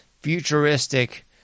futuristic